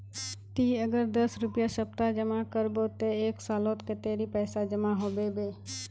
ती अगर दस रुपया सप्ताह जमा करबो ते एक सालोत कतेरी पैसा जमा होबे बे?